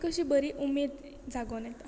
कशी बरी उमेद जागून येता